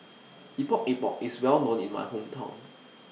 Epok Epok IS Well known in My Hometown